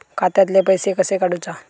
खात्यातले पैसे कशे काडूचा?